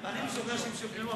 משוכנע שהם שוכנעו,